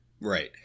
Right